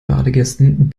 badegästen